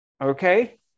okay